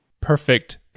Perfect